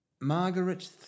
Margaret